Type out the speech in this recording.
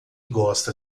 gosta